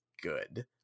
good